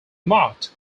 marked